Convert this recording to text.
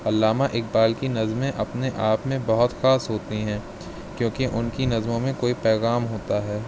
علامہ اقبال کی نظمیں اپنے آپ میں بہت خاص ہوتی ہیں کیونکہ ان کی نظموں میں کوئی پیغام ہوتا ہے